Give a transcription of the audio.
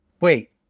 Wait